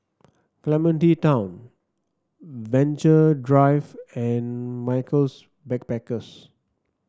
Clementi Town Venture Drive and Michaels Backpackers